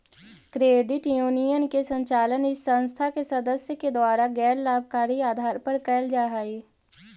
credit union के संचालन इस संस्था के सदस्य के द्वारा गैर लाभकारी आधार पर कैल जा हइ